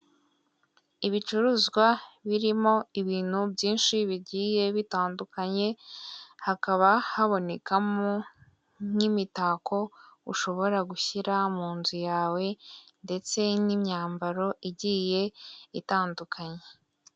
Ibicuruzwa birimo ibintu byinshi bigiye bitandukanye, hakaba habonekamo nk'imitako ushobora gushyira mu nzu yawe ndetse n'imyambaro igiye itandukanye.